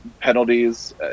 penalties